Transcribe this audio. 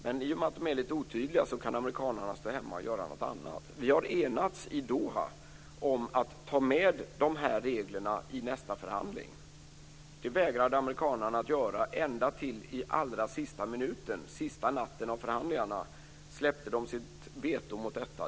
Men i och med att reglerna är lite otydliga kan amerikanerna stå hemma och göra någonting annat. Vi har i Doha enats om att ta med dessa regler i nästa förhandling. Det vägrade amerikanerna att göra ända till i allra sista minuten. Den sista natten av förhandlingarna släppte de sitt veto mot detta.